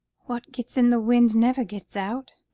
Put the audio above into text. what gets in the wind never gets out.